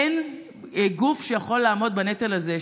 אין גוף שיכול לעמוד בנטל הזה.